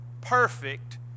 perfect